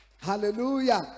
Hallelujah